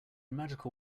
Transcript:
magical